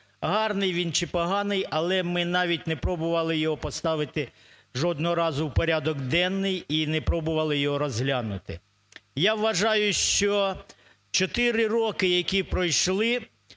Гарний він чи поганий, але ми навіть не пробували його поставити жодного разу в порядок денний і не пробували його розглянути. Я вважаю, що чотири роки, які пройшли